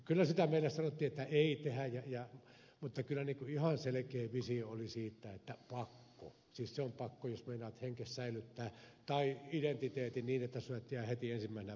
kyllä sitä meille sanottiin että ei tehdä mutta kyllä ihan selkeä visio oli siitä että on pakko siis se on pakko jos meinaat henkesi tai identiteettisi säilyttää niin että et jää heti ensimmäisenä päivänä kiinni